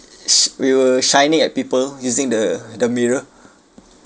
sh~ we were shining at people using the the mirror